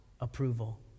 approval